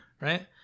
Right